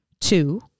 Two